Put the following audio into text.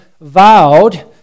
vowed